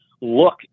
look